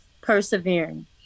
persevering